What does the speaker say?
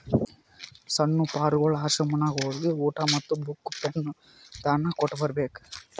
ಸಣ್ಣು ಪಾರ್ಗೊಳ್ ಆಶ್ರಮನಾಗ್ ಹೋಗಿ ಊಟಾ ಮತ್ತ ಬುಕ್, ಪೆನ್ ದಾನಾ ಕೊಟ್ಟ್ ಬರ್ಬೇಕ್